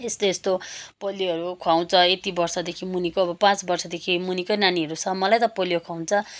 यस्तो यस्तो पोलियोहरू खुवाउँछ यति वर्षदेखि मुनिको अब पाँच वर्षदेखि मुनिको नानीहरूसम्मलाई त पोलियो खुवाउँछ